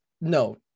no